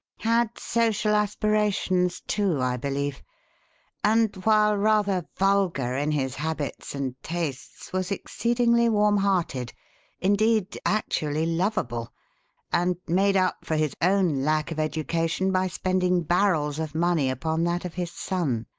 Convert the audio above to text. had social aspirations, too, i believe and, while rather vulgar in his habits and tastes, was exceedingly warm-hearted indeed, actually lovable and made up for his own lack of education by spending barrels of money upon that of his son.